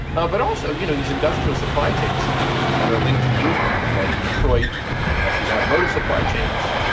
ah but also, you know, these industrial supply chain centers that are linked to wuhan, like detroit ah through automotive supply chains.